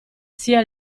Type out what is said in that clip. sia